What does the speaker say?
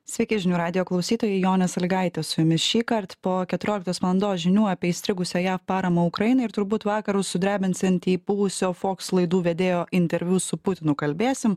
sveiki žinių radijo klausytojai jonė salygaitė su jumis šįkart po keturioliktos valandos žinių apie įstrigusią jav paramą ukrainai ir turbūt vakarus sudrebinsiantį buvusio fox laidų vedėjo interviu su putinu kalbėsim